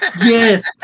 Yes